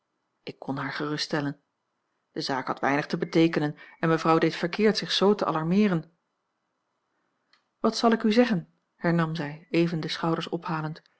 ik kon haar geruststellen de zaak had weinig te beteekenen en mevrouw deed verkeerd zich z te alarmeeren wat zal ik u zeggen hernam zij even de schouders ophalend